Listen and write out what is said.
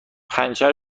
پنچر